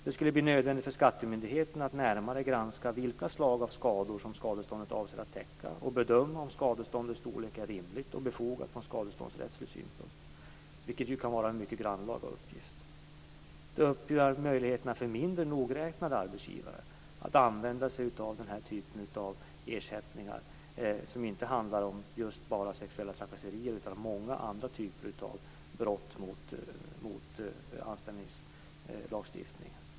Det skulle bli nödvändigt för skattemyndigheten att närmare granska vilka slag av skador som skadeståndet avser att täcka och bedöma om skadeståndets storlek är rimligt och befogat från skadeståndsrättslig synpunkt, vilket ju kan vara en mycket grannlaga uppgift. Det öppnar möjligheterna för mindre nogräknade arbetsgivare att använda sig av den här typen av ersättningar inte enbart då det handlar om sexuella trakasserier utan vid många andra typer av brott mot anställningslagstiftningen.